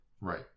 Right